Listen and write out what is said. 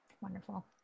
Wonderful